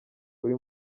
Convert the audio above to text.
buri